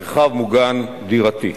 מרחב מוגן דירתי.